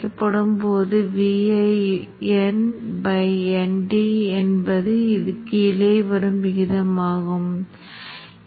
இப்போது நாம் முன்னோக்கிச் சென்று ngSpice இயந்திரத்தைப் பயன்படுத்தி உருவகப்படுத்துதலைச் செய்ய வேண்டும் அதைத்தான் நாம் செய்ய வேண்டும்